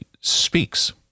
speaks